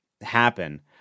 happen